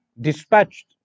dispatched